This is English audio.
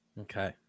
Okay